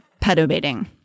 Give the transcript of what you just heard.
pedobating